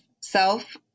self